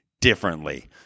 differently